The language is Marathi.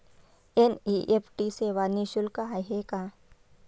एन.इ.एफ.टी सेवा निःशुल्क आहे का?